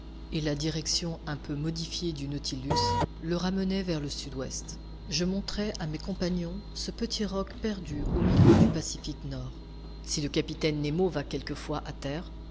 et la direction un peu modifiée du nautilus le ramenait vers le sud-est je montrai à mes compagnons ce petit roc perdu au milieu du pacifique nord si le capitaine nemo va quelquefois à terre